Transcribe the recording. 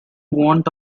want